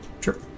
Sure